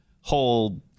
whole